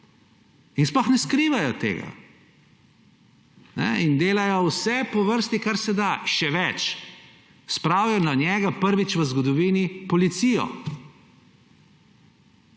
In sploh ne skrivajo tega. In delajo vse po vrsti, kar se da; še več, spravijo na njega, prvič v zgodovini, policijo.